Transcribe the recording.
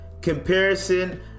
comparison